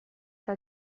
eta